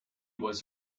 was